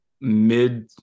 mid